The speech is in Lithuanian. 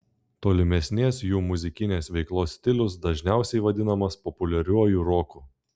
tolimesnės jų muzikinės veiklos stilius dažniausiai vadinamas populiariuoju roku